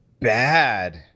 bad